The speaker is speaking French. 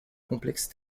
complexe